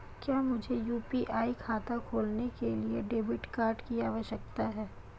क्या मुझे यू.पी.आई खाता खोलने के लिए डेबिट कार्ड की आवश्यकता है?